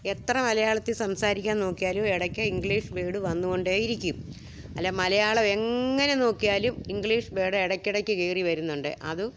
എത്ര മലയാളത്തിൽ സംസാരിക്കാൻ നോക്കിയാലും ഇടയ്ക്ക് ഇഗ്ലീഷ് വേഡ് വന്നു കൊണ്ടേയിരിക്കും അല്ല മലയാളം എങ്ങനെ നോക്കിയാലും ഇഗ്ലീഷ് വേഡ് ഇടയ്ക്കിടയ്ക്ക് കയറി വരുന്നുണ്ട് അതും